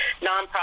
Nonprofit